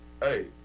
hey